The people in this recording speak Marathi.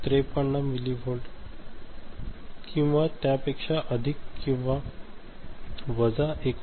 53 मिलीव्होल्ट किंवा त्यापेक्षा अधिक किंवा वजा 19